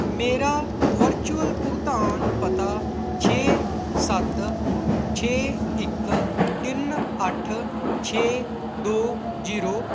ਮੇਰਾ ਵਰਚੁਅਲ ਭੁਗਤਾਨ ਪਤਾ ਛੇ ਸੱਤ ਛੇ ਇੱਕ ਤਿੰਨ ਅੱਠ ਛੇ ਦੋ ਜੀਰੋ